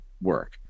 work